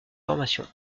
formation